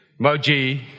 moji